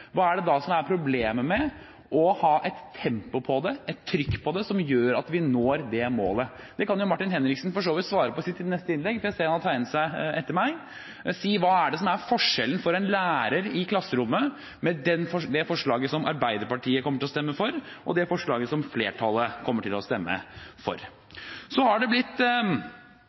hva er det da som er problemet med å ha et tempo på det, et trykk på det, som gjør at vi når det målet? Det kan jo Martin Henriksen for så vidt svare på i sitt neste innlegg, for jeg ser at han har tegnet seg etter meg – si hva som er forskjellen for en lærer i klasserommet med det forslaget som Arbeiderpartiet kommer til å stemme for, og det forslaget som flertallet kommer til å stemme for. Så har det blitt